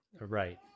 Right